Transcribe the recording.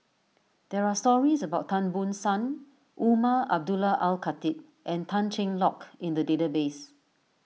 there are stories about Tan Ban Soon Umar Abdullah Al Khatib and Tan Cheng Lock in the database